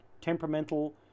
temperamental